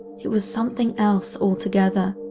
it was something else altogether.